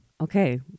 Okay